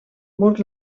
mur